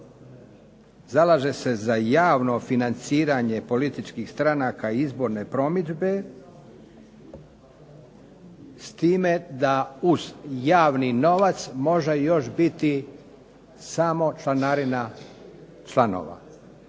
zalaže se za javno financiranje političkih stranaka izborne promidžbe s time da uz javni novac može još biti samo članarina članova.